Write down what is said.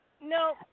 no